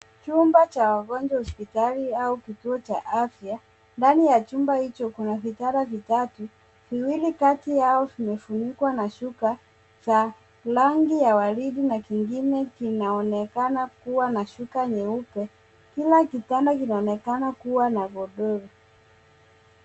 Chumba cha wagonjwa hospitali au kituo cha afya, ndani ya chumba hicho kuna vitanda vitatu, viwili kati yao vimefunikwa na shuka za rangi ya waridi na kingine kinaonekana kuwa na shuka nyeupe. Kila kitanda kinaonekana kuwa na godoro.